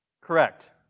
correct